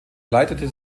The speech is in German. leitete